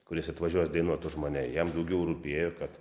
kuris atvažiuos dainuot už mane jam daugiau rūpėjo kad